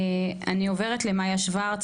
אני עוברת למאיה שוורץ,